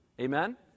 Amen